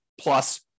plus